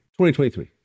2023